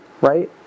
right